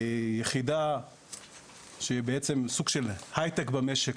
היא יחידה שהיא בעצם סוג של הייטק במשק,